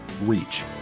reach